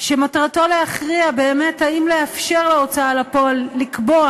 שמטרתו להכריע אם באמת לאפשר להוצאה לפועל לקבוע